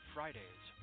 Fridays